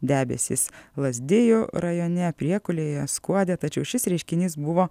debesys lazdijų rajone priekulėje skuode tačiau šis reiškinys buvo